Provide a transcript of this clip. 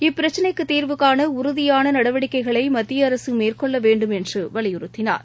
இப்பிரச்சினைக்குதீர்வு காணஉறுதியானநடவடிக்கைகளைமத்தியஅரசுமேற்கொள்ளவேண்டும் என்றுவலியுறுத்தினார்